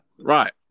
Right